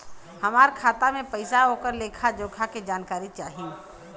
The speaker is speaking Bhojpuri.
हमार खाता में पैसा ओकर लेखा जोखा के जानकारी चाही?